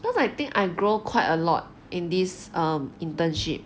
because I think I grow quite a lot in this err internship